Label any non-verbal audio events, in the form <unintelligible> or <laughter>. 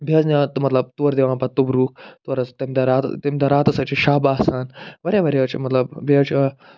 بیٚیہِ حظ نِوان تہٕ مطلب تورٕ دِوان پتہٕ توٚبرُک تورٕ حظ چھِ تَمہِ دۄہ <unintelligible> تَمہِ دۄہ راتس حظ چھِ شَب آسان واریاہ واریاہ حظ چھِ مطلب بیٚیہِ حظ چھِ